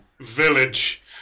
village